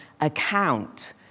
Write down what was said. account